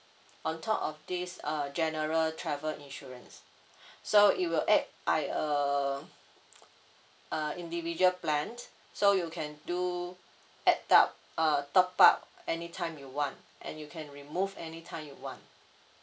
on top of this uh general travel insurance so it will add by uh uh individual plan so you can do add up uh top up any time you want and you can remove any time you want